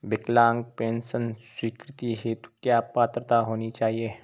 विकलांग पेंशन स्वीकृति हेतु क्या पात्रता होनी चाहिये?